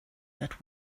that